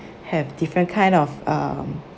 have different kind of um